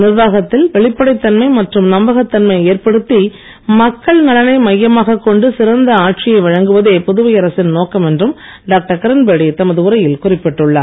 நிர்வாகத்தில் வெளிப்படைத் தன்மை மற்றும் நம்பகத்தன்மை ஏற்படுத்தி மக்கள் நலனை மையமாகக் கொண்டு சிறந்த ஆட்சியை வழங்குவதே புதுவை அரசின் நோக்கம் என்றும் டாக்டர் கிரண்பேடி தமது உரையில் குறிப்பிட்டுள்ளார்